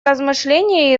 размышления